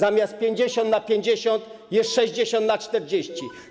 Zamiast 50 na 50 jest 60 na 40.